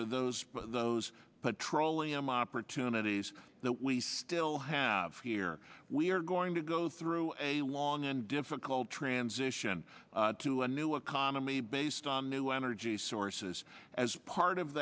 to those those petroleum opportunities that we still have here we are going to go through a long and difficult transition to a new economy based on new energy sources as part of